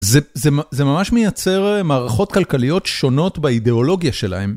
זה ממש מייצר מערכות כלכליות שונות באידאולוגיה שלהן.